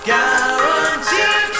Guaranteed